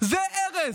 זה הרס,